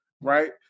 right